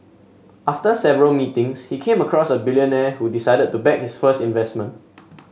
after several meetings he came across a billionaire who decided to back his first investment